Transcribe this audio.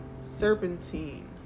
serpentine